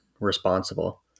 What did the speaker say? responsible